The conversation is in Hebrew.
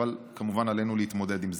אבל כמובן עלינו להתמודד עם זה.